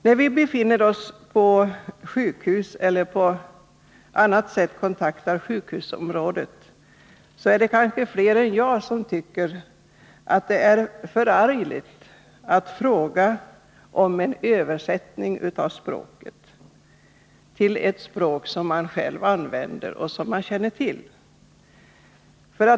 När vi befinner oss på sjukhus eller på annat sätt kontaktar sjukhusområdet, är det kanske fler än jag som tycker att det är förargligt att fråga om en översättning av språket till ett språk som man själv använder och som man känner till.